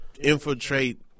infiltrate